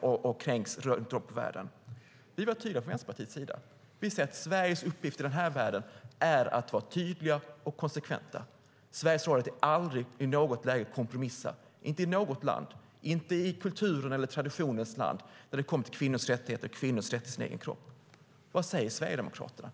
och kränks? Vi i Vänsterpartiet vill vara tydliga. Vi säger att Sveriges uppgift i den här världen är att vara tydlig och konsekvent. Sveriges roll är att aldrig i något läge kompromissa, inte när det gäller något land och inte i kulturens eller traditionens namn, när det gäller kvinnors rättigheter och kvinnans rätt till sin egen kropp. Vad säger Sverigedemokraterna?